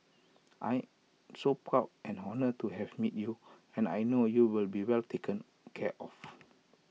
I'm so proud and honoured to have met you and I know you will be well taken care of